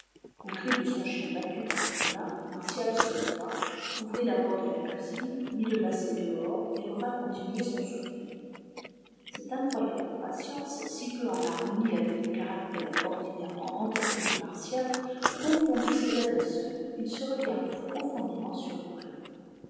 au cri de son chien battu par nicolas martial se leva ouvrit la porte de la cuisine mit le basset dehors et revint continuer son souper cette incroyable patience si peu en harmonie avec le caractère ordinairement emporté de martial confondit ses agresseurs ils se regardèrent profondément surpris